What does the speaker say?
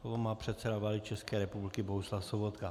Slovo má předseda vlády České republiky Bohuslav Sobotka.